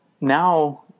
now